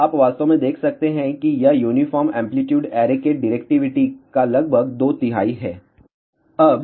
तो आप वास्तव में देख सकते हैं कि यह यूनिफॉर्म एंप्लीट्यूड ऐरे के डिरेक्टिविटी का लगभग दो तिहाई है